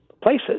places